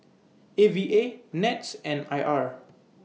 A V A Nets and I R